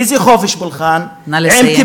איזה חופש פולחן, נא לסיים.